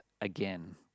again